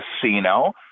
casino